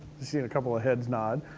seeing a couple of heads nod.